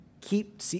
keep